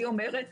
אני אומרת